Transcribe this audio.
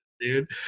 dude